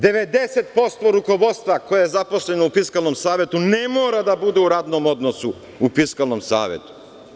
Devedeset posto rukovodstva koje je zaposleno u Fiskalnom savetu ne mora da bude u radnom odnosu u Fiskalnom savetu.